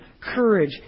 courage